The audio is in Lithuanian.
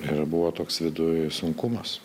ir buvo toks viduj sunkumas